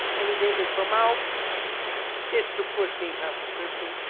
any game they come out its to push game past description.